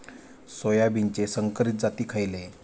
सोयाबीनचे संकरित जाती खयले?